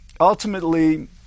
ultimately